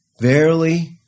Verily